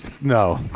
No